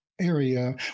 area